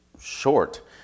short